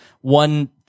one